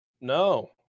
No